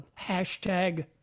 hashtag